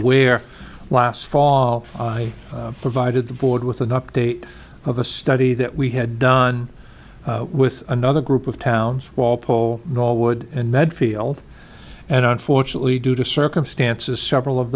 aware last fall i provided the board with an update of a study that we had done with another group of towns walpole norwood and medfield and unfortunately due to circumstances several of